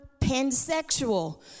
pansexual